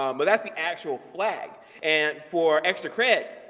um but that's the actual flag and for extra credit,